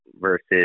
versus